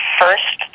first